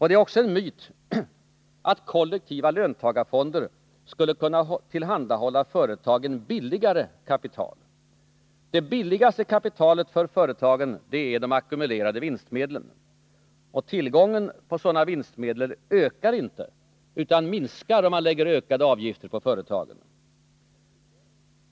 Det är också en myt att kollektiva löntagarfonder skulle kunna tillhandahålla företagen billigare kapital. Det billigaste kapitalet för företagen är ackumulerade vinstmedel. Tillgången på sådana vinstmedel ökar inte utan minskar om man lägger ökade avgifter på företagen.